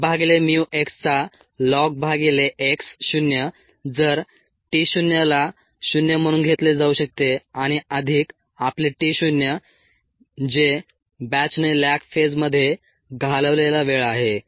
1 भागिले mu x चा ln भागिले x शून्य जर t शून्यला शून्य म्हणून घेतले जाऊ शकते आणि अधिक आपले t शून्य जे बॅचने लॅग फेजमध्ये घालवलेला वेळ आहे